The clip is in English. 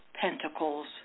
Pentacles